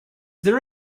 there